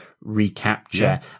recapture